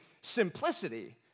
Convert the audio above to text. simplicity